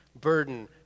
burden